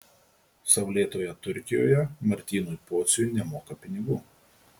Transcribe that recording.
saulėtoje turkijoje martynui pociui nemoka pinigų